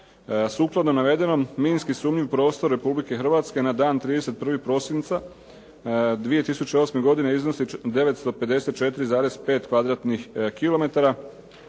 Sukladno navedenom, minski sumnjiv prostor Republike Hrvatske na dan 31. prosinca 2008. godine iznosi 954,5 km2,